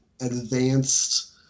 advanced